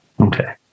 Okay